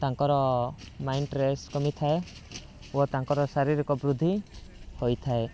ତାଙ୍କର mind stress କମିଥାଏ ଓ ତାଙ୍କର ଶାରିରୀକ ବୃଦ୍ଧି ହୋଇଥାଏ